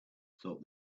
thought